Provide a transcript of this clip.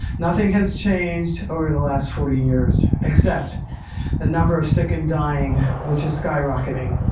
nothing has changed over the last forty years, except the number of sick and dying, which is skyrocketing.